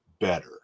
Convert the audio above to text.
better